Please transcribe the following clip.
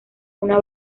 una